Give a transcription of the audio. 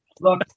Look